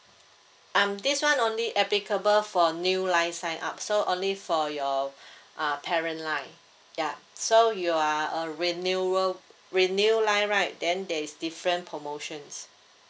um this one only applicable for new line sign up so only for your uh parent line ya so you are a renewal renew line right then there is different promotions